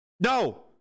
No